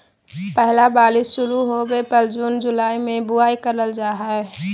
पहला बारिश शुरू होबय पर जून जुलाई में बुआई करल जाय हइ